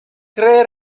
tre